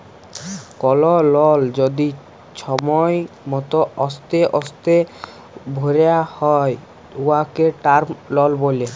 call লল যদি ছময় মত অস্তে অস্তে ভ্যরা হ্যয় উয়াকে টার্ম লল ব্যলে